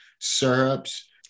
syrups